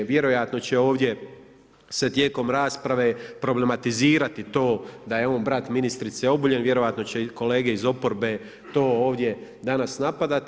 Vjerojatno će ovdje se tijekom rasprave problematizirati to da je on brat ministrice Obuljen, vjerojatno će i kolege iz oporbe to ovdje danas napadati.